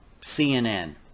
CNN